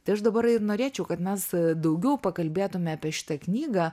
tai aš dabar ir norėčiau kad mes daugiau pakalbėtume apie šitą knygą